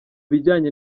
bijyanye